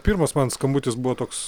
pirmas man skambutis buvo toks